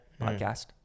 podcast